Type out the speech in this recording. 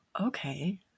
okay